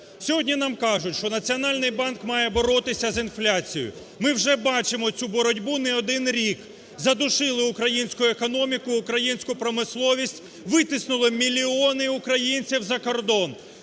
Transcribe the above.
Сьогодні нам кажуть, що Національний банк має боротися з інфляцією. Ми вже бачимо оцю боротьбу не один рік. Задушили українську економіку, українську промисловість, витиснули мільйони українців за кордон.